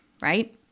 right